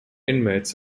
inmates